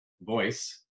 voice